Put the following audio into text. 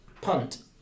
punt